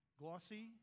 glossy